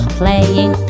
playing